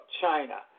China